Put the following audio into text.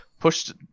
pushed